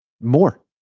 More